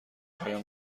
هایم